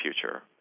future